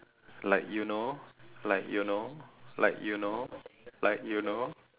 like you know like you know like you know like you know